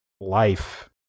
Life